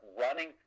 running